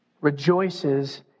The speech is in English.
rejoices